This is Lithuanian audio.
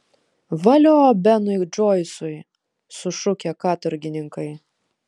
valio benui džoisui sušukę katorgininkai